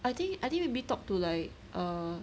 I think I think maybe talk to like err